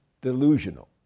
delusional